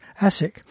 ASIC